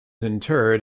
interred